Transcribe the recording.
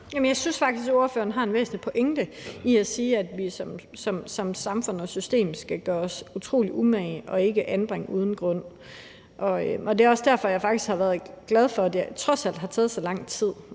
jeg synes faktisk, at ordføreren har en væsentlig pointe i at sige, at vi som samfund og system skal gøre os utrolig umage og ikke anbringe uden grund. Det er også derfor, jeg faktisk har været glad for, at det her trods alt har taget så lang tid.